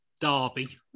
Derby